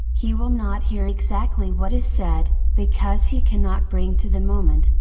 he will not hear exactly what is said, because he cannot bring to the moment,